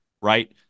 right